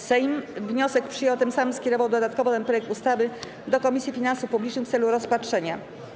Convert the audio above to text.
Sejm wniosek przyjął, a tym samym skierował dodatkowo ten projekt ustawy do Komisji Finansów Publicznych w celu rozpatrzenia.